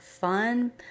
fun